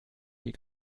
die